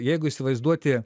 jeigu įsivaizduoti